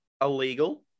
Illegal